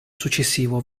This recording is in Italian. successivo